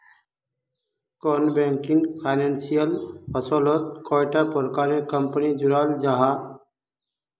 Non banking financial फसलोत कैडा प्रकारेर कंपनी जुराल जाहा?